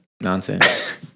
nonsense